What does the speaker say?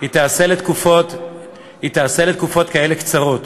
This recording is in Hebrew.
תיעשה לתקופות כאלה קצרות,